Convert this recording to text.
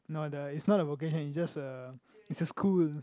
no the is not the working hand it's just a is a school